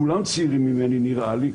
כולם צעירים ממני נראה לי.